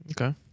Okay